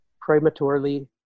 prematurely